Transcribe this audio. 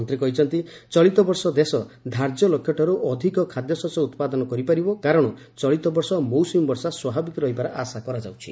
ମନ୍ତ୍ରୀ କହିଛନ୍ତି ଚଳିତ ବର୍ଷ ଦେଶ ଧାର୍ଯ୍ୟ ଲକ୍ଷ୍ୟଠାରୁ ଅଧିକ ଖାଦ୍ୟଶସ୍ୟ ଉତ୍ପାଦନ କରିପାରିବ କାରଣ ଚଳିତ ବର୍ଷ ମୌସୁମୀ ବର୍ଷା ସ୍ୱାଭାବିକ ରହିବାର ଆଶା କରାଯାଉଛି